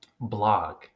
blog